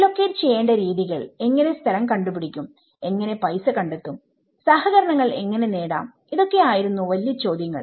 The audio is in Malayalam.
റീലൊക്കേറ്റ് ചെയ്യേണ്ട രീതികൾഎങ്ങനെ സ്ഥലം കണ്ട് പിടിക്കും എങ്ങനെ പൈസ കണ്ടെത്തുംസഹകരണങ്ങൾ എങ്ങനെ നേടാം ഇതൊക്കെ ആയിരുന്നു വലിയ ചോദ്യങ്ങൾ